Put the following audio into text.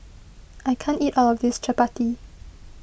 I can't eat all of this Chappati